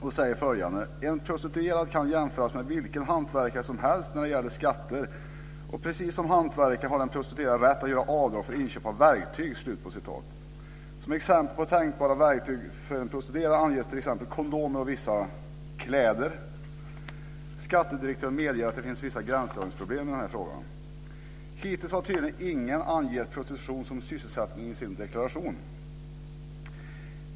Han sade följande: En prostituerad kan jämföras med vilken hantverkare som helst när det gäller skatter. Precis som en hantverkare har en prostituerad rätt att göra avdrag för inköp av verktyg. Som exempel på tänkbara verktyg för en prostituerad anges kondomer och vissa kläder. Skattedirektören medger att det finns vissa gränsdragningsproblem i den här frågan. Hittills har tydligen ingen angett prostitution som sysselsättning i sin deklaration.